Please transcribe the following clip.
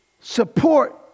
support